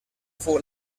fou